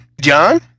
John